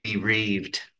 bereaved